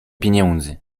pieniędzy